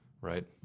right